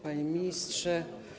Panie Ministrze!